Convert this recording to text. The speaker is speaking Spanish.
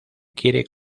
quiere